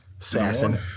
Assassin